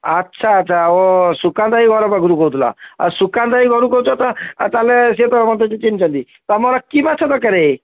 ଆଚ୍ଛା ଆଚ୍ଛା ହଉ ହଉ ସୁକାନ୍ତ ଭାଇ ଘର ପାଖରୁ କହୁଥିଲ ଆଉ ସୁକାନ୍ତ ଭାଇ ଘରୁ କହୁଛ ତ ଆଉ ତା' ହେଲେ ସେ ତ ମୋତେ ଚିହ୍ନିଛନ୍ତି ତମର କି ମାଛ ଦରକାର